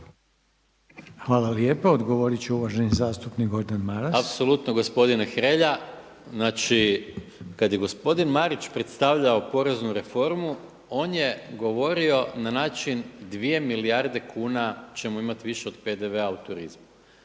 Hvala lijepa. Odgovorit će uvaženi zastupnik Gordan Maras. **Maras, Gordan (SDP)** Apsolutno gospodine Hrelja. Znači kad je gospodin Marić predstavljao poreznu reformu on je govorio na način dvije milijarde kuna ćemo imati više od PDV-a u turizmu